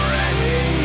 ready